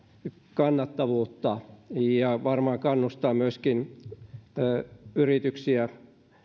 kannattavuutta ja varmaan myöskin kannustaa yrityksiä